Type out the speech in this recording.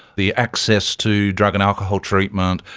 the access to drug and alcohol treatment,